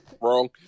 wrong